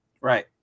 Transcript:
Right